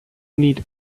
need